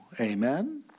Amen